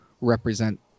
represent